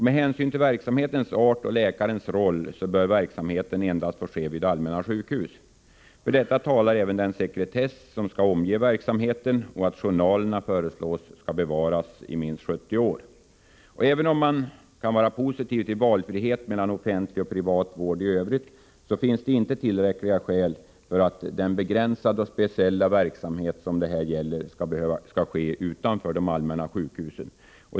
Med hänsyn till verksamhetens art och läkarens roll bör verksamheten endast få ske vid allmänna sjukhus. För detta talar även den sekretess som skall omge verksamheten och att journalerna föreslås bli bevarade i minst 70 år. Även om man kan vara positiv till valfrihet mellan offentlig och privat vård i övrigt finns det inte tillräckliga skäl för att den begränsade och speciella verksamhet det här gäller skall ske utanför de allmänna sjukhusen.